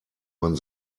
man